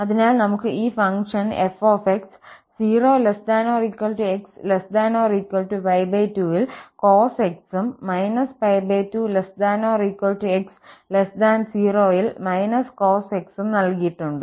അതിനാൽ നമുക്ക് ഈ ഫംഗ്ഷൻ f 0 ≤ x ≤ 2 ൽ cos x ഉം −2≤ x 0 ൽ cos x ഉം നൽകിയിട്ടുണ്ട്